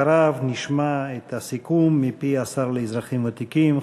ואחריו נשמע את הסיכום מפי השר לאזרחים ותיקים,